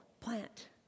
plant